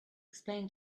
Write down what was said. explain